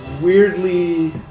weirdly